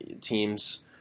teams